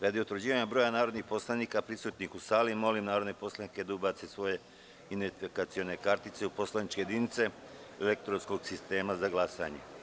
Radi utvrđivanja broja narodnih poslanika prisutnih u sali, molim narodne poslanike da ubace svoje identifikacione kartice u poslaničke jedinice elektronskog sistema za glasanje.